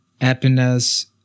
happiness